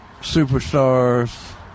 superstars